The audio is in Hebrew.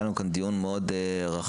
היה לנו כאן דיון מאוד רחב,